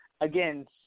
again